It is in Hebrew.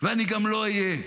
ואני גם לא אהיה,